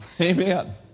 Amen